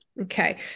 okay